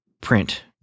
print